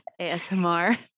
ASMR